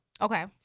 Okay